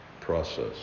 process